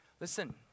Listen